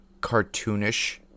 cartoonish